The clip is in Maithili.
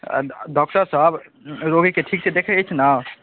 डॉक्टर सब रोगीके ठीक सऽ देखै अछि ने